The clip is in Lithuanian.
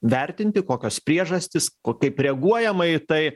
vertinti kokios priežastys kaip reaguojama į tai